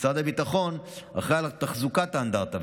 משרד הביטחון אחראי על תחזוקת האנדרטה,